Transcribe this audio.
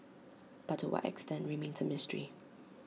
but to what extent remains A mystery